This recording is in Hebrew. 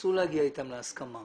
ותנסו להגיע אתם להסכמה.